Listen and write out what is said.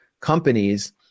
companies